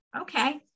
okay